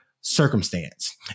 circumstance